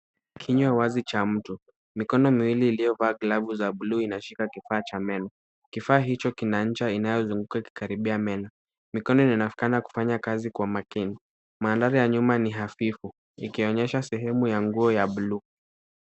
Kinywa wazi cha mtu. Mikoni miwili iliyovaa glavu za blue inashika kifaa cha meno. Kifaa hicho kina ncha inayozunguka ikikaribia meno. Mikono inaonekana kufanya kazi kwa umakini. Mandhari ya nyuma ni hafifu ikonyesha sehemu ya nguo ya blue .